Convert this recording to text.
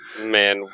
Man